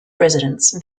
presidents